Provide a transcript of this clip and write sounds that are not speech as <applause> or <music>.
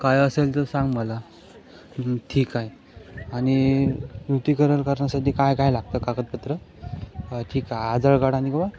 काय असेल तर सांग मला ठीक आहे आणि नूतनीकरण करण्यासाठी काय काय लागतं कागदपत्र ठीक आहे आधार कार्ड आणि <unintelligible>